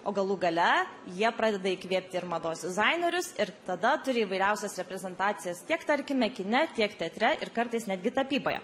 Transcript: o galų gale jie pradeda įkvėpti ir mados dizainerius ir tada turi įvairiausias reprezentacijas tiek tarkime kine tiek teatre ir kartais netgi tapyboje